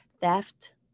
theft